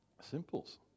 Simples